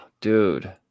dude